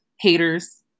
haters